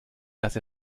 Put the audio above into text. dass